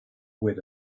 where